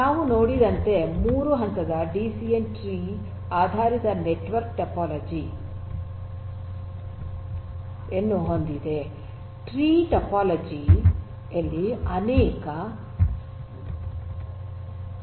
ನಾವು ನೋಡಿದಂತೆ 3 ಹಂತದ ಡಿಸಿಎನ್ ಟ್ರೀ ಆಧಾರಿತ ನೆಟ್ವರ್ಕ್ ಟೋಪೋಲಜಿ ಯನ್ನು ಹೊಂದಿದೆ ಮತ್ತು ಟ್ರೀ ಟೋಪೋಲಜಿ ಯಲ್ಲಿ ಅನೇಕ ಬೇರುಗಳಿವೆ